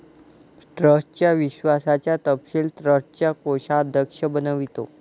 ट्रस्टच्या विश्वासाचा तपशील ट्रस्टचा कोषाध्यक्ष बनवितो